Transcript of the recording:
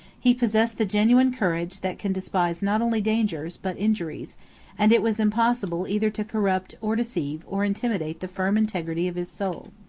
he possessed the genuine courage that can despise not only dangers, but injuries and it was impossible either to corrupt, or deceive, or intimidate the firm integrity of his soul.